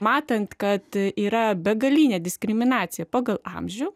matant kad yra begalinė diskriminacija pagal amžių